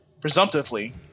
presumptively